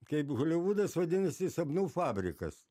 kaip holivudas vadinasi sapnų fabrikas